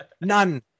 None